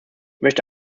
möchte